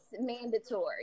mandatory